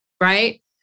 Right